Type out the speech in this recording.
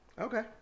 Okay